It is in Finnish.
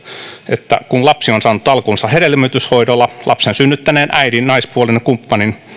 että kun lapsi on saanut alkunsa hedelmöityshoidolla lapsen synnyttäneen äidin naispuolisen kumppanin